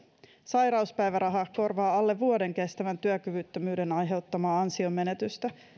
sairauspäiväraha korvaa alle vuoden kestävän työkyvyttömyyden aiheuttamaa ansionmenetystä